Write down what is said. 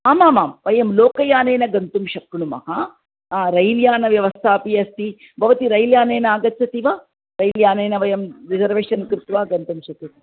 आमामां वयं लोकयानेन गन्तुं शक्नुमः रैल्यानव्यवस्था अपि अस्ति भवती रेल्यानेन आगच्छति वा रैल्यानेन वयं रिसर्वेशन् कृत्वा गन्तुं शक्यते